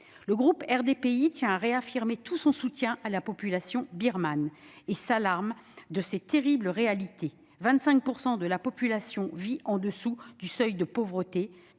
Le groupe RDPI tient à réaffirmer tout son soutien à la population birmane, et s'alarme de ces terribles réalités : 25 % de la population et 34 % des enfants